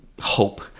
hope